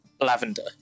Lavender